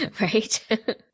Right